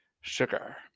sugar